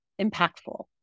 impactful